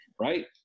Right